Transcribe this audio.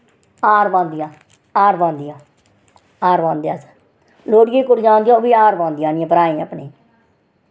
हार पांदियां हार पांदियां हार पांदे अस लोह्ड़िये कुड़ियां औंदियां ओह् बी हार पोआंदियां आह्नियै भ्राएं गी अपने